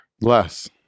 less